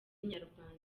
inyarwanda